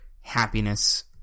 happiness